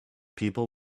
people